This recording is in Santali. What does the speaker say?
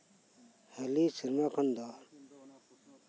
ᱟᱞᱮ ᱥᱩᱢᱩᱝ ᱠᱷᱚᱱ ᱫᱚ